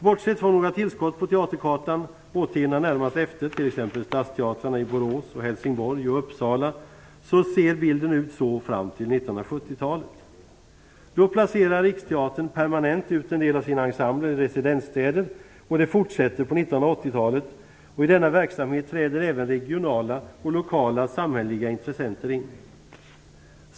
Bortsett från några tillskott på teaterkartan årtiondena närmast efter, t.ex. stadsteatrarna i Borås, Helsingborg och Uppsala, såg bilden ut så fram till 1970 talet. Då placerade Riksteatern permanent ut en del av sin ensemble i residensstäder. Denna utveckling fortsatte på 1980-talet, och i denna verksamhet trädde även lokala och regionala samhälleliga intressenter in.